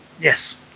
Yes